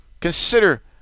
Consider